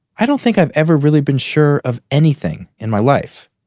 i don't think i've ever really been sure of anything in my life.